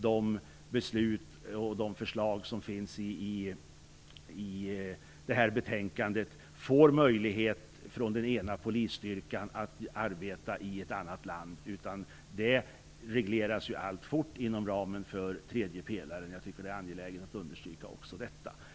De beslut och förslag som finns i betänkandet innebär inte att en polisstyrka får möjlighet att arbeta i ett annat land. Den frågan regleras alltfort inom ramen för tredje pelaren, vilket jag tycker är angeläget att understryka.